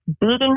beating